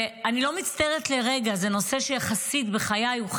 אני לא מצטערת לרגע, זה נושא יחסית חדש בחיי.